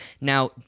Now